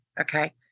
Okay